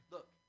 Look